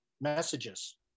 messages